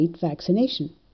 vaccination